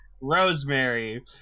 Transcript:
rosemary